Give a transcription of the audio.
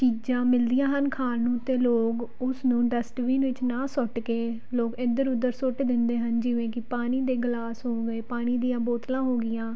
ਚੀਜ਼ਾਂ ਮਿਲਦੀਆਂ ਹਨ ਖਾਣ ਨੂੰ ਅਤੇ ਲੋਕ ਉਸ ਨੂੰ ਡਸਟਬਿਨ ਵਿੱਚ ਨਾ ਸੁੱਟ ਕੇ ਲੋਕ ਇੱਧਰ ਉੱਧਰ ਸੁੱਟ ਦਿੰਦੇ ਹਨ ਜਿਵੇਂ ਕਿ ਪਾਣੀ ਦੇ ਗਲਾਸ ਹੋ ਗਏ ਪਾਣੀ ਦੀਆਂ ਬੋਤਲਾਂ ਹੋ ਗਈਆਂ